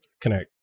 connect